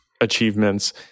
achievements